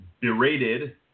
berated